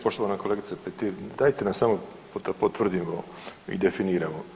Poštovana kolegice Petir, dajte da samo potvrdimo i definiramo.